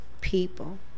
people